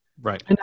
Right